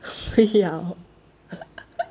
ya